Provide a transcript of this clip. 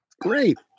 Great